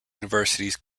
universities